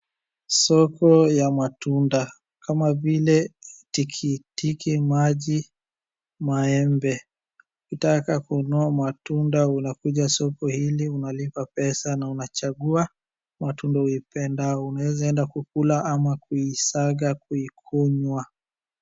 Soko ya matunda , kama vile tikitiki maji, maembe ukitaka kununua maembe unakuja soko hili unalipa pesa na unachangua matunda uipendao. Unaweza enda kukula ama kuisiaga kuikunywa.